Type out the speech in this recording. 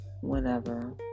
whenever